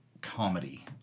comedy